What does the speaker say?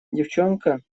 девчонка